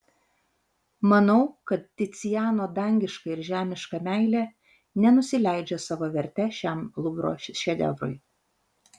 manau kad ticiano dangiška ir žemiška meilė nenusileidžia savo verte šiam luvro šedevrui